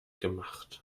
gemacht